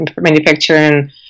manufacturing